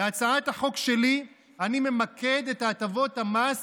בהצעת החוק שלי אני ממקד את הטבות המס